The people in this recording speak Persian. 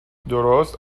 درست